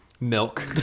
milk